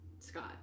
scott